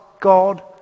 God